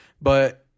but-